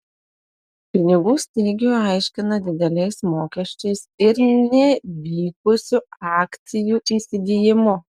pinigų stygių aiškina dideliais mokesčiais ir nevykusiu akcijų įsigijimu